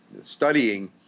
studying